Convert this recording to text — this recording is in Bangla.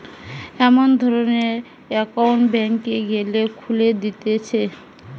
এমন ধরণের একউন্ট ব্যাংকে গ্যালে খুলে দিতেছে